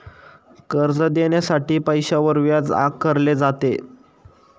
कर्ज देण्यासाठी पैशावर व्याज आकारले जाते